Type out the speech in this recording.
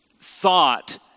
thought